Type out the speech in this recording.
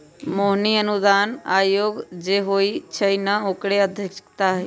मोहिनी अनुदान आयोग जे होई छई न ओकरे अध्यक्षा हई